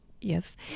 yes